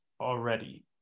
already